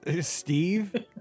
Steve